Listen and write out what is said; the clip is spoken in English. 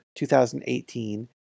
2018